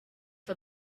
for